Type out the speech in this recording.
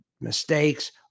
mistakes